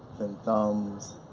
then thumbs,